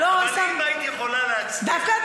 אבל אם היית יכולה להצביע,